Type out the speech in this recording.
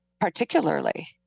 particularly